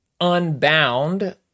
Unbound